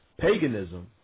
paganism